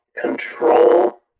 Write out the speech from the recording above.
control